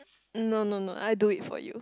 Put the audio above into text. no no no I do it for you